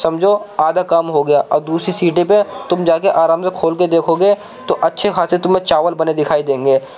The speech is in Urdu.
سمجھو آدھا کام ہو گیا اور دوسری سیٹی پہ تم جا کے آرام سے کھول کے دیکھو گے تو اچھے خاصے تمہیں چاول بنے دکھائی دیں گے